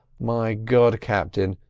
my god, captain,